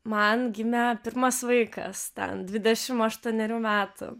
man gimė pirmas vaikas ten dvidešim aštuonerių metų